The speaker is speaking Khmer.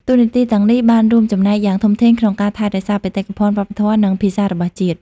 តួនាទីទាំងនេះបានរួមចំណែកយ៉ាងធំធេងក្នុងការថែរក្សាបេតិកភណ្ឌវប្បធម៌ និងភាសារបស់ជាតិ។